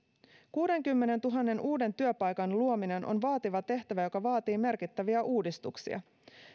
kuudenkymmenentuhannen uuden työpaikan luominen on vaativa tehtävä joka vaatii merkittäviä uudistuksia